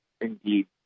indeed